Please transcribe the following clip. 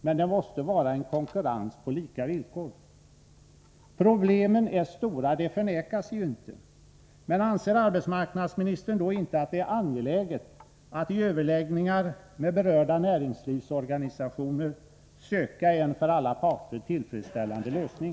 Men det måste vara fråga om konkurrens på lika villkor. Problemen är stora — det förnekas inte — men anser arbetsmarknadsministern inte att det är angeläget att i överläggningar med berörda näringslivsorganisationer söka en för alla parter tillfredsställande lösning?